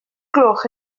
gloch